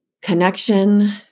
connection